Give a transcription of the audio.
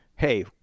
Hey